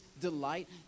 delight